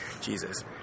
Jesus